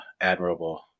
admirable